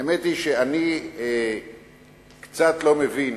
האמת היא שאני קצת לא מבין